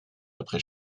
après